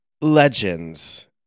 Legends